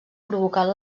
provocant